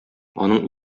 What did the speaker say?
аның